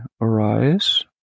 arise